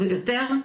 ויותר,